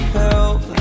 help